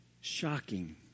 Shocking